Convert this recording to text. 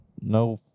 no